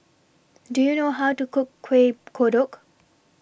Do YOU know How to Cook Kueh Kodok